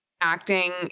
acting